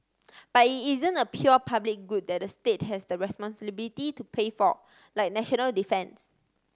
but it isn't a pure public good that the state has the to pay for like national defence